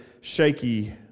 shaky